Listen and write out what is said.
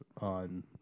on